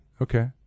Okay